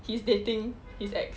he's dating his ex